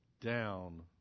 down